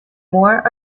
more